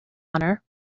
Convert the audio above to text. honor